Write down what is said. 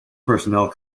personnel